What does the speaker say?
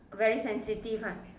very sensitive ah